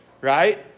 right